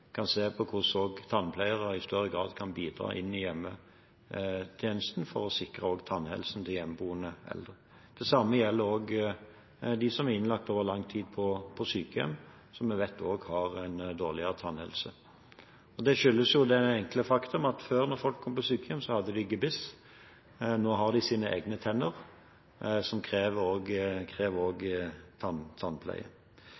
kan se på hvordan tannpleiere i større grad kan bidra i hjemmetjenesten for å sikre tannhelsen til hjemmeboende eldre. Det samme gjelder dem som er innlagt over lang tid på sykehjem, som vi også vet har dårligere tannhelse. Det skyldes det enkle faktum at da folk kom på sykehjem før, hadde de gebiss, mens nå har de sine egne tenner, som krever